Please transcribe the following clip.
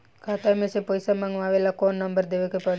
खाता मे से पईसा मँगवावे ला कौन नंबर देवे के पड़ी?